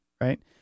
right